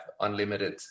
unlimited